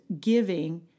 giving